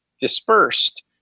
dispersed